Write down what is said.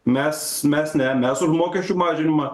mes mes ne mes už mokesčių mažinimą